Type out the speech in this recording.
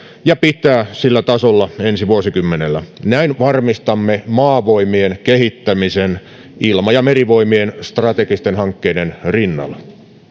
ja pitää sillä tasolla ensi vuosikymmenellä näin varmistamme maavoimien kehittämisen ilma ja merivoimien strategisten hankkeiden rinnalla